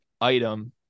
item